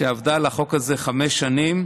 והיא עבדה על החוק הזה חמש שנים,